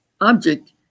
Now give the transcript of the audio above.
object